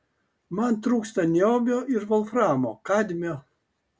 man trūksta niobio ir volframo kadmio